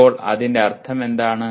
അപ്പോൾ അതിന്റെ അർത്ഥമെന്താണ്